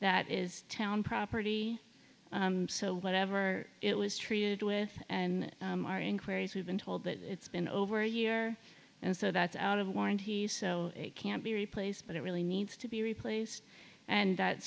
that is town property so whatever it was treated with and inquiries we've been told that it's been over a year and so that's out of warranty so it can't be replaced but it really needs to be replaced and that